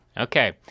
Okay